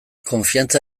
konfiantza